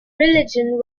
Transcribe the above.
religion